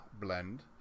Blend